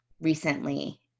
recently